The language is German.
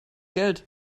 geld